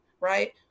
right